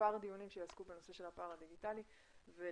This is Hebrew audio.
מספר דיונים שיעסקו בנושא של הפער הדיגיטלי ולדעתי